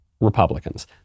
Republicans